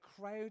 crowd